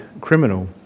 criminal